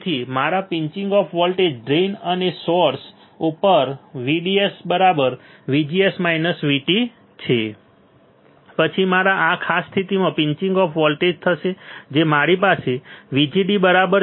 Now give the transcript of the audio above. તેથી મારા pinching off voltage drain અને સોર્સ ઉપર VDS VGS VT છે પછી મારા આ ખાસ સ્થિતિમાં પિંચિંગ ઑફ થશે જે મારી પાસે VGD બરાબર છે